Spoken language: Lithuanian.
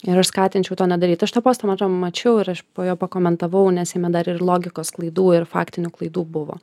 ir aš skatinčiau to nedaryt aš tą postą man atrodo mačiau ir aš po juo pakomentavau nes jame dar ir logikos klaidų ir faktinių klaidų buvo